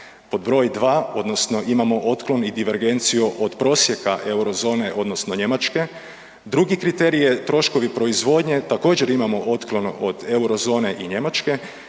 pod broj dva odnosno imamo otklon i divergenciju od prosjeka eurozone odnosno Njemačke. Drugi kriterij je troškovi proizvodnje također imamo otklon od eurozone i Njemačke